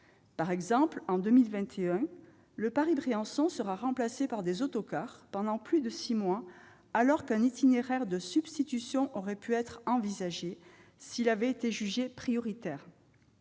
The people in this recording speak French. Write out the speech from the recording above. Par exemple, en 2021, le Paris-Briançon sera remplacé par des autocars pendant plus de six mois, alors qu'un itinéraire de substitution aurait pu être envisagé s'il avait été jugé prioritaire.